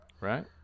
Right